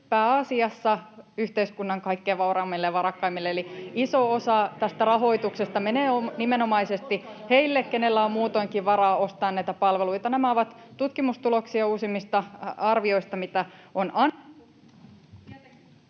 pääasiassa yhteiskunnan kaikkein vauraimmille ja varakkaimmille, eli iso osa tästä rahoituksesta menee nimenomaisesti heille, keillä on muutoinkin varaa ostaa näitä palveluita. [Välihuutoja oikealta — Mika Niikko: